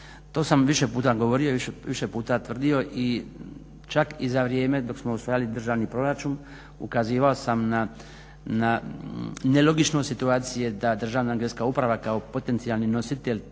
To sam više puta govorio, više puta tvrdio i čak i za vrijeme dok smo usvajali državni proračun ukazivao sam na nelogičnost situacije da Državna geodetska uprava kao potencijalni nositelj